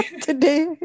today